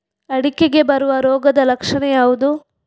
ಅಡಿಕೆಗೆ ಬರುವ ರೋಗದ ಲಕ್ಷಣ ಯಾವುದು?